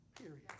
period